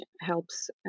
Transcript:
helps